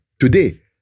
today